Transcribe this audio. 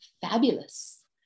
fabulous